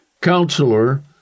counselor